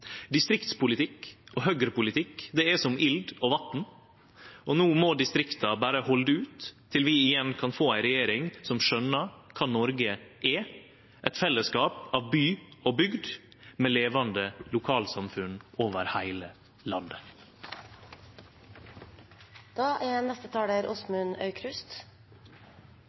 Distriktspolitikk og Høgre-politikk er som eld og vatn, og no må distrikta berre halde ut til vi igjen kan få ei regjering som skjøner kva Noreg er – eit fellesskap av by og bygd med levande lokalsamfunn over heile landet. Dette er